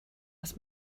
was